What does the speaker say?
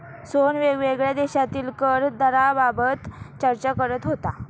सोहन वेगवेगळ्या देशांतील कर दराबाबत चर्चा करत होता